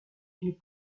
une